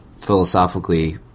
philosophically